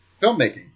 filmmaking